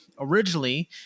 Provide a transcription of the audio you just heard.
originally